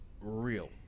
real